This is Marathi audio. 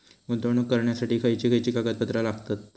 गुंतवणूक करण्यासाठी खयची खयची कागदपत्रा लागतात?